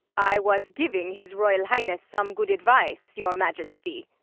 i was giving his royal highness some good advice, your majesty.